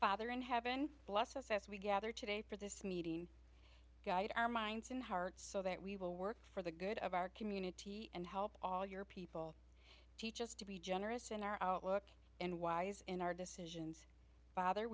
father in heaven bless us as we gather today for this meeting our minds and hearts so that we will work for the good of our community and help all your people teach us to be generous in our outlook and wise in our decisions father